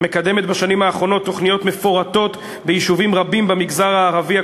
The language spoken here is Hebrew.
מקדמת בשנים האחרונות תוכניות מפורטות ביישובים רבים במגזר הערבי,